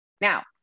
Now